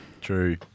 True